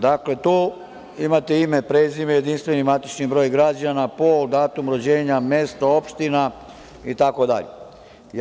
Dakle, tu imate ime i prezime, jedinstveni matični broj građana, pol, datum rođenja, mesto, opština i tako dalje.